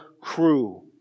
crew